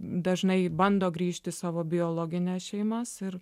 dažnai bando grįžti į savo biologines šeimas ir